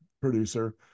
producer